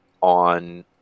on